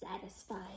satisfied